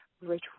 rich